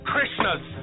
Krishnas